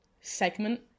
segment